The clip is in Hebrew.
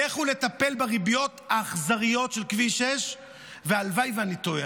לכו לטפל בריביות האכזריות של כביש 6. הלוואי שאני טועה,